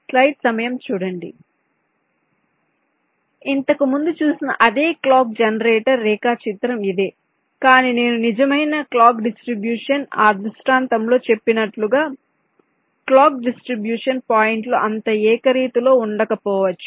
కాబట్టి ఇంతకుముందు చూసిన అదే క్లాక్ జనరేటర్ రేఖాచిత్రం ఇదే కాని నేను నిజమైన క్లాక్ డిస్ట్రిబూషన్ ఆ దృష్టాంతంలో చెప్పినట్లుగా క్లాక్ డిస్ట్రిబూషన్ పాయింట్లు అంత ఏకరీతిలో ఉండకపోవచ్చు